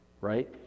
right